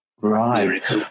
Right